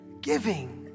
Giving